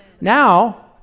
Now